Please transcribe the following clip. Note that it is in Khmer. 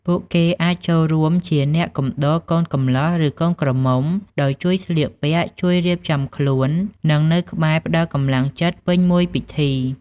ពួកគេអាចចូលរួមជា អ្នកកំដរកូនកំលោះ ឬកូនក្រមុំ ដោយជួយ ស្លៀកពាក់ ជួយ រៀបចំខ្លួន និង នៅក្បែរផ្តល់កម្លាំងចិត្ត ពេញមួយពិធី។